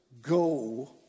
go